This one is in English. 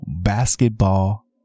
basketball